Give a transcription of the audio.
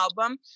album